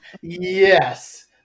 Yes